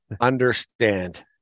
Understand